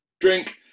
drink